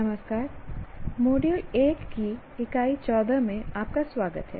नमस्कार मॉड्यूल 1 की इकाई 14 में आपका स्वागत है